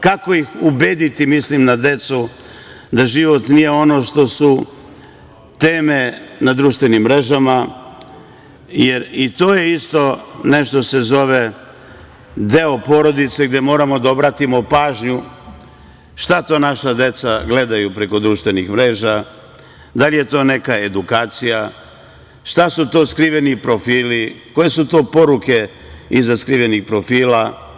Kako ih ubediti, mislim na decu, da život nije ono što su teme na društvenim mrežama, jer i to je isto nešto se zove deo porodice, gde moramo da obratimo pažnju šta to naša deca gledaju preko društvenih mreža, da li je to neka edukacija, šta su to skriveni profili, koje su to poruke iza skrivenih profila.